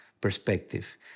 perspective